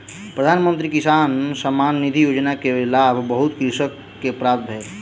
प्रधान मंत्री किसान सम्मान निधि योजना के लाभ बहुत कृषक के प्राप्त भेल